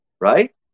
right